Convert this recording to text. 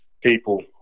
people